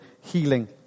healing